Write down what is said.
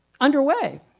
underway